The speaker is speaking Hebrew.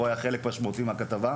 הוא היה חלק משמעותי מהכתבה.